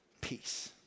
peace